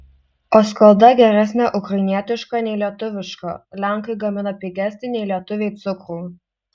o skalda geresnė ukrainietiška nei lietuviška lenkai gamina pigesnį nei lietuviai cukrų